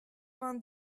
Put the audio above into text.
vingt